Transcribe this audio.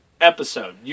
episode